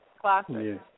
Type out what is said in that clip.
classic